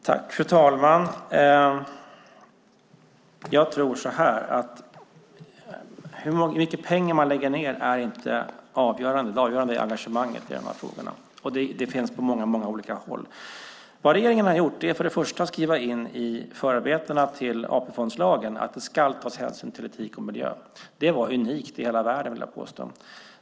Fru talman! Jag tror så här: Hur mycket pengar man lägger ned är inte avgörande. Det avgörande är engagemanget i de här frågorna, och det finns på många olika håll. Vad regeringen har gjort är först och främst att man skrivit in i förarbetena till AP-fondslagen att det ska tas hänsyn till etik och miljö. Det var unikt i hela världen, vill jag påstå.